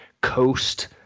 coast